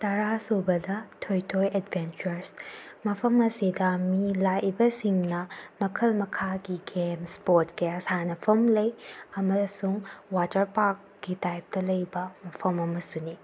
ꯇꯔꯥ ꯁꯨꯕꯗ ꯊꯣꯏ ꯊꯣꯏ ꯑꯦꯠꯚꯦꯟꯆꯔꯁ ꯃꯐꯝ ꯑꯁꯤꯗ ꯃꯤ ꯂꯥꯛꯏꯕ ꯁꯤꯡꯅ ꯃꯈꯜ ꯃꯈꯥꯒꯤ ꯒꯦꯝꯁ ꯏꯁꯄꯣꯔꯠ ꯀꯌꯥ ꯁꯥꯟꯅꯐꯝ ꯂꯩ ꯑꯃꯁꯨꯡ ꯋꯥꯇꯔ ꯄꯥꯔꯛꯀꯤ ꯇꯥꯏꯞꯇ ꯂꯩꯕ ꯃꯐꯝ ꯑꯃꯁꯨꯅꯤ